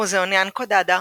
מוזיאון ינקו דאדא,